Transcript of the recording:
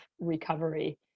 recovery